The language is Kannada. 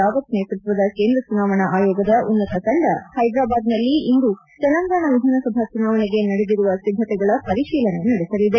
ರಾವತ್ ನೇತೃತ್ವದ ಕೇಂದ್ರ ಚುನಾವಣಾ ಆಯೋಗದ ಉನ್ನತ ತಂಡ ಹ್ವೆದ್ರಾಬಾದ್ನಲ್ಲಿ ಇಂದು ತೆಲಂಗಾಣ ವಿಧಾನಸಭಾ ಚುನಾವಣೆಗೆ ನಡೆದಿರುವ ಸಿದ್ದತೆಗಳ ಪರಿಶೀಲನೆ ನಡೆಸಲಿದೆ